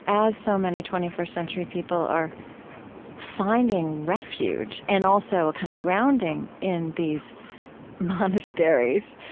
as so many twenty first century people are finding refuge and also a kind of grounding in these monasteries,